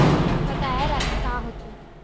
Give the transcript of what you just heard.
बकाया राशि का होथे?